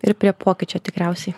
ir prie pokyčio tikriausiai